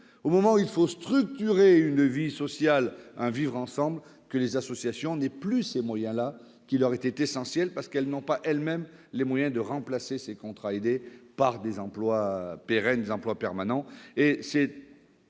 au moment où il faut structurer une vie sociale, un vivre ensemble, les associations ne disposent plus de ces moyens qui leur étaient essentiels. Or elles n'ont pas elles-mêmes les moyens de remplacer ces contrats aidés par des emplois pérennes. En outre,